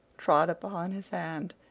trod upon his hand.